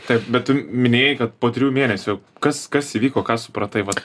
taip bet tu minėjai kad po trijų mėnesių kas kas įvyko ką supratai vat